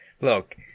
Look